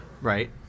right